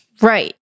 right